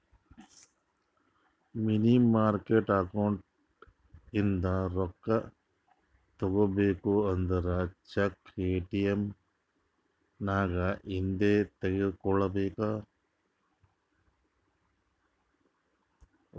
ಮನಿ market account ಇಂದ ರೊಕ್ಕಾ ತಗೋಬೇಕು ಅಂದುರ್ ಚೆಕ್, ಎ.ಟಿ.ಎಮ್ ನಾಗ್ ಇಂದೆ ತೆಕ್ಕೋಬೇಕ್